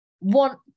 want